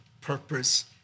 purpose